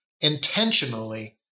intentionally